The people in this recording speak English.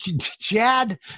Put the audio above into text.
Chad